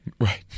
right